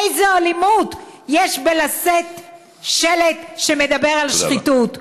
איזו אלימות יש בלשאת שלט שמדבר על שחיתות?